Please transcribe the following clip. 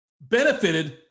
benefited